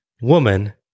Woman